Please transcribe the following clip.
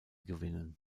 gewinnen